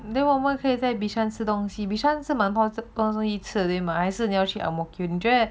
then 我们可以在 bishan 吃东西 bishan 是满靠近公司一次的还是你要去 ang mo kio